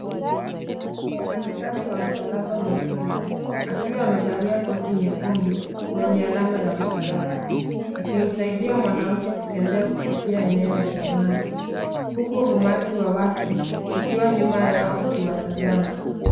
Mfanyakazi wa msalaba mwekundu, akiwa amevalia koti nyekundu lenye alama wa msalaba, akimsaidia mwanamke kutembea kupitia eneo lenye maji huku umati wa watu ukiwa nyuma yao ukiwatazama.